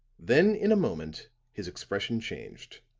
then in a moment his expression changed.